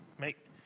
make